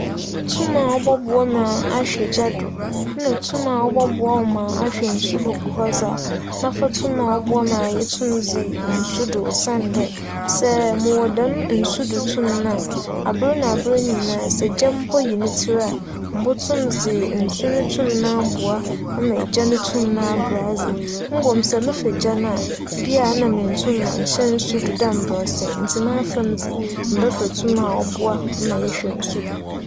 Tum a ͻbͻboa ma ahwɛ gya do nna tum a ͻbͻboa wo ma ahwɛ nsu do gu hͻ dze a, mebɛfa tum a ͻboa ma itum dzi nsu do osiandɛ sɛ mowͻ dɛm nsu do tum no a, aber na aber nyinara sɛ gya mpo yi ne tsir a mobotum dze nsu no tum no aboa ma gya no tum no aberɛ ase. Mbom sɛ mefa gya no a, bi a nna menntum annhyɛ nsu do dɛ mbrɛ ͻsɛ. Ntsi m'afamu dze, mebɛfa tum a ͻboa ma yɛhwɛ nsu do.